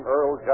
Earl